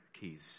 keys